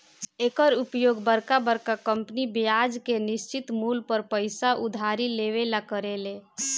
एकर उपयोग बरका बरका कंपनी ब्याज के निश्चित मूल पर पइसा उधारी लेवे ला करेले